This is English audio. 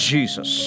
Jesus